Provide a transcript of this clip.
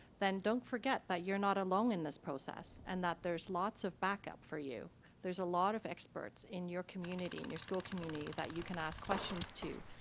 then don't forget that you're not alone in this process and that there's lots of backup for you there's a lot of experts in your community, in your school community, that you ask questions to,